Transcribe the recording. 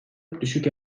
düşük